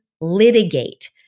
litigate